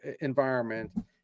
environment